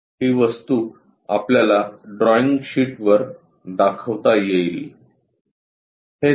ही वस्तू आपल्याला ड्रॉईंग शीटवर दाखवता येईल